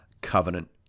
covenant